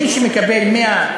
מי שמקבל 100,